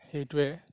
সেইটোৱে